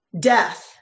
death